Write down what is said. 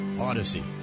Odyssey